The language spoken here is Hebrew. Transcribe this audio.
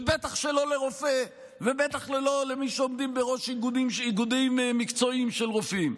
ובטח שלא לרופא ובטח לא למי שעומדים בראש איגודים מקצועיים של רופאים.